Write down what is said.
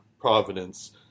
Providence